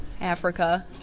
Africa